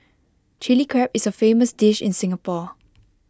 Chilli Crab is A famous dish in Singapore